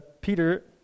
Peter